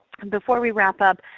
before we wrap up,